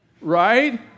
Right